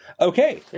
Okay